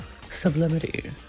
Sublimity